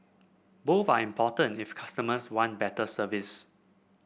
both are important if customers want better service